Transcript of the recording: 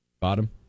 Bottom